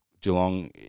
Geelong